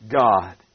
God